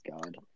God